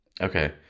Okay